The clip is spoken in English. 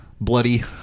bloody